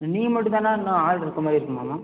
நீங்கள் மட்டும் தானா இன்னும் ஆள் இருக்க மாதிரி இருக்குமாம்மா